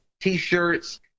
T-shirts